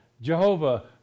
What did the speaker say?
jehovah